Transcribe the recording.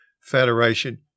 Federation